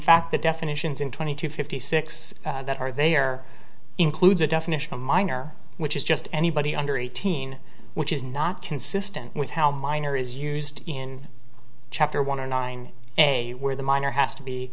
fact the definitions in twenty to fifty six that are there includes a definition of minor which is just anybody under eighteen which is not consistent with how minor is used in chapter one or nine and where the minor has to be